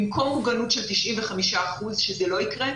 במקום מוגנות של 95 אחוזים שזה לא יקרה,